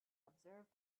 observed